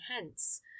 hence